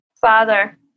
Father